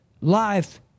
life